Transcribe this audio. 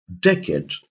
decade